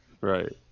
Right